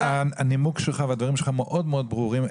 הנימוק שלך והדברים שלך מאוד מאוד ברורים,